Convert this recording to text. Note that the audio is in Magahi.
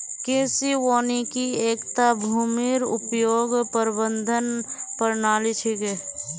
कृषि वानिकी एकता भूमिर उपयोग प्रबंधन प्रणाली छिके